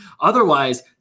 Otherwise